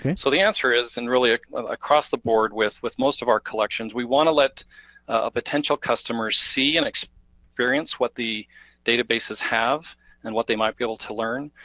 so the answer is, and really ah across the board with with most of our collections, we wanna let ah potential customers see and experience what the databases have and what they might be able to learn,